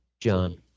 John